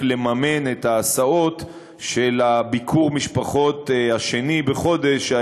לממן את ההסעות של ביקור המשפחות השני בחודש,